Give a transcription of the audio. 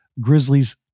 Grizzlies